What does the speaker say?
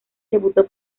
debutó